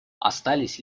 остались